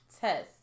test